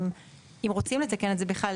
אם רוצים לתקן את זה בכלל,